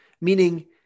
meaning